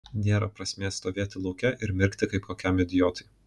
nėra prasmės stovėti lauke ir mirkti kaip kokiam idiotui